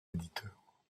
éditeurs